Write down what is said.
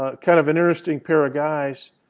ah kind of interesting pair of guys.